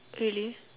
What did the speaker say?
really